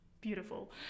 beautiful